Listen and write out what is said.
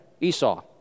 Esau